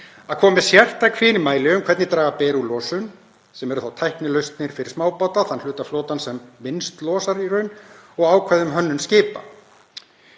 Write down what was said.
að koma með sértæk fyrirmæli um hvernig draga beri úr losun, sem eru þá tæknilausnir fyrir smábáta, þann hluta flotans sem minnst losar í raun, og ákvæði um hönnun skipa.